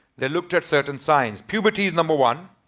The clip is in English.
they looked at certain signs puberty is number one.